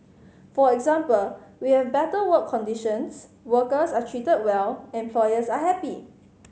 for example we have better work conditions workers are treated well employers are happy